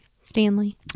Stanley